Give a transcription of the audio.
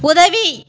உதவி